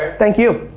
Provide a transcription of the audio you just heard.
thank you.